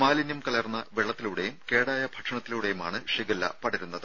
മാലിന്യം കലർന്ന വെള്ളത്തിലൂടെയും കേടായ ഭക്ഷണത്തിലൂടെയുമാണ് ഷിഗെല്ല പകരുന്നത്